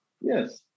Yes